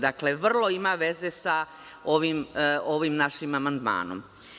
Dakle, vrlo ima veze sa ovim našim amandmanom.